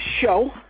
show